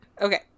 Okay